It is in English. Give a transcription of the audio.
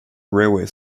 railway